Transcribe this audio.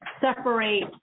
separate